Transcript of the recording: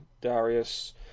Darius